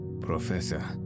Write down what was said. Professor